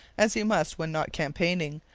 as he must when not campaigning,